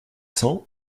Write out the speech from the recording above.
cent